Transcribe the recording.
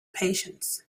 patience